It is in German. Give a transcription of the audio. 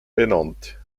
benannt